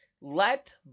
let